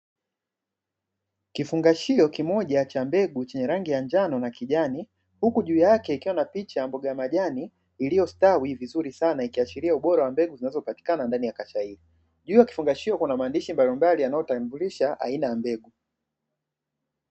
Kifungashio kimoja cha mbegu chenye rangi ya kijani huku juu yake kukiwa na picha mboga za majani zilizostawi vizuri sana ikiashiria ubora wa mbegu zinazopatikana ndani ya kasha hili. Juu ya kifungashio hiki kuna maandishi yanayotambulisha aina ya mbegu.